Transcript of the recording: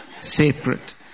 separate